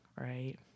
right